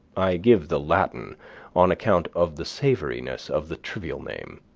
i give the latin on account of the savoriness of the trivial name.